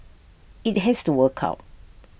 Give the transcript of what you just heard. IT has to work out